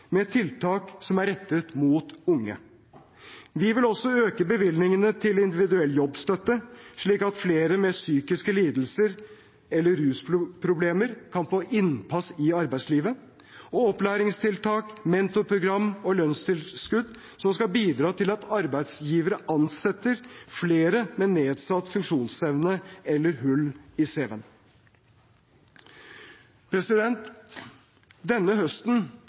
med tiltak som er rettet mot unge. Vi vil også øke bevilgningene til individuell jobbstøtte, slik at flere med psykiske lidelser eller rusproblemer kan få innpass i arbeidslivet, og opplæringstiltak, mentorprogram og lønnstilskudd som skal bidra til at arbeidsgivere ansetter flere med nedsatt funksjonsevne eller hull i cv-en. Denne høsten